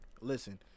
listen